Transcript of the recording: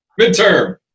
Midterm